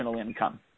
income